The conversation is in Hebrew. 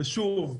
ושוב,